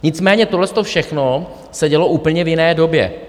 Nicméně tohleto všechno se dělo úplně v jiné době.